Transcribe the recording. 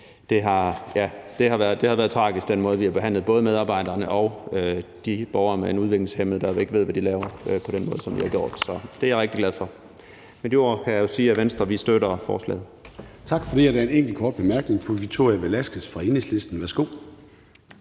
det har været tragisk, at vi har behandlet både medarbejderne og de borgere, der er udviklingshæmmede og ikke ved, hvad de laver, på den måde, som vi har gjort. Så det er jeg rigtig glad for. Med de ord kan jeg jo sige, at Venstre støtter forslaget. Kl. 13:18 Formanden (Søren Gade): Tak for det. Der er en enkelt kort bemærkning fra fru Victoria Velasquez fra Enhedslisten. Værsgo.